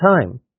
time